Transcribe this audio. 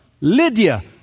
Lydia